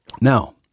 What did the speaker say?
Now